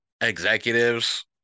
executives